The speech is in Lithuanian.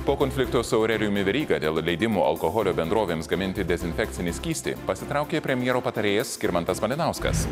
po konflikto su aurelijumi veryga dėl leidimo alkoholio bendrovėms gaminti dezinfekcinį skystį pasitraukė premjero patarėjas skirmantas malinauskas